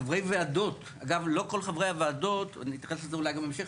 חברי וועדות אגב לא כל חברי הוועדות אני אתייחס לזה בהמשך,